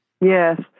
Yes